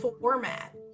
format